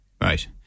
Right